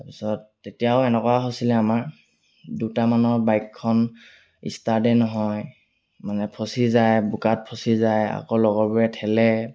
তাৰপিছত তেতিয়াও এনেকুৱা হৈছিলে আমাৰ দুটামানৰ বাইকখন ষ্টাৰ্টে নহয় মানে ফচি যায় বোকাত ফচি যায় আকৌ লগৰবোৰে ঠেলে